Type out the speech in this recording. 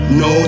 no